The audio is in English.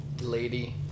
lady